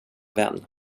vän